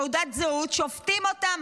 שופטות אותם,